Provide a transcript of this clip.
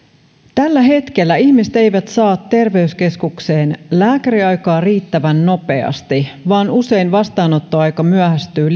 tällä hetkellä ihmiset eivät saa terveyskeskukseen lääkäriaikaa riittävän nopeasti vaan usein vastaanottoaika myöhästyy